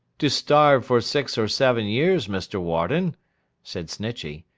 to starve for six or seven years, mr. warden said snitchey,